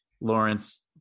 Lawrence